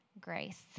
grace